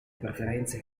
preferenze